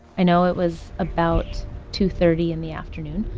i know it was about two thirty in the afternoon.